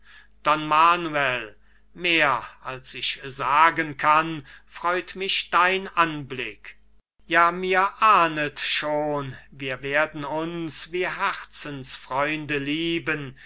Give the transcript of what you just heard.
don manuel mehr als ich sagen kann freut mich dein anblick ja mir ahnet schon wir werden uns wie herzensfreunde lieben